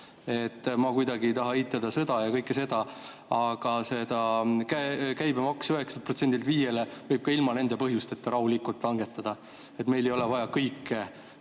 Ma kuidagi ei taha eitada sõda ja kõike seda, aga selle käibemaksu 9%-lt 5%-le võib ka ilma nende põhjusteta rahulikult langetada. Meil ei ole vaja kõike